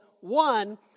One